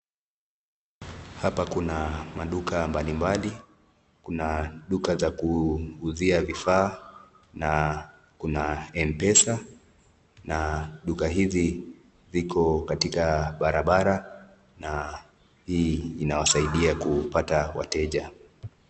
Hapa kuna maduka mbalimbali. Kuna duka za kuuzia vifaa na kuna M-PESA na duka hizi ziko katika barabara na hii inawasaidia kupata wateja,